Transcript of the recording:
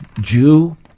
Jew